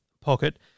pocket